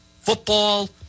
football